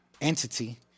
entity